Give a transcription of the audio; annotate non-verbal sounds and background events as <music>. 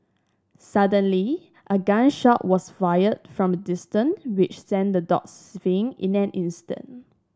suddenly a gun shot was fired from a distance which sent the dogs <unintelligible> in an instant